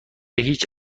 هیچ